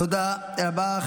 תודה רבה.